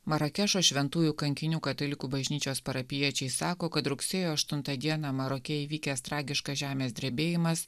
marakešo šventųjų kankinių katalikų bažnyčios parapijiečiai sako kad rugsėjo aštuntą dieną maroke įvykęs tragiškas žemės drebėjimas